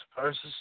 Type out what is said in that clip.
versus